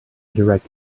direct